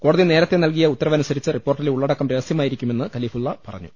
കോടതി നേരത്തെ നൽകിയ ഉത്തരവനുസരിച്ച് റിപ്പോർട്ടിലെ ഉള്ളടക്കം രഹസ്യമായിരിക്കുമെന്ന് ഖലീഫുള്ള പറഞ്ഞു